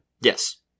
Yes